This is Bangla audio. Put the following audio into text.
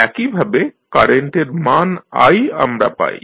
একইভাবে কারেন্ট এর মান i আমরা পাই